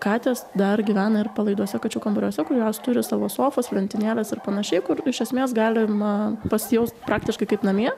katės dar gyvena ir palaiduose kačių kambariuose kurios turi savo sofas lentynėlės ir panašiai kur iš esmės galima pasijausti praktiškai kaip namie